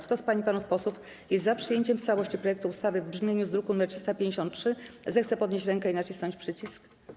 Kto z pań i panów posłów jest za przyjęciem w całości projektu ustawy w brzmieniu z druku nr 353, zechce podnieść rękę i nacisnąć przycisk.